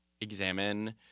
examine